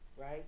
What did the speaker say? right